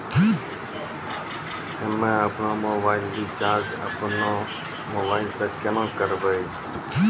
हम्मे आपनौ mobile recharge आपनौ मोबाइल से केना करवै?